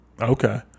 Okay